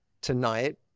tonight